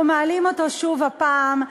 אנחנו מעלים אותו שוב הפעם,